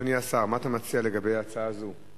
מה אתה מציע לגבי ההצעה הזאת?